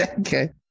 Okay